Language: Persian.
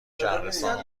شهرستان